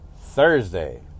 Thursday